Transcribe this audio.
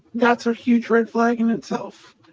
that's a huge red flag in itself.